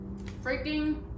freaking